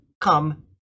come